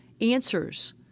answers